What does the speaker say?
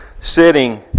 sitting